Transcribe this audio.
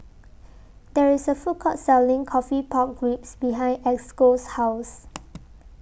There IS A Food Court Selling Coffee Pork Ribs behind Esco's House